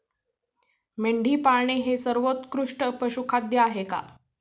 मेंढी पाळणे हे सर्वोत्कृष्ट पशुखाद्य आहे का?